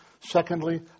Secondly